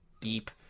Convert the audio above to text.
deep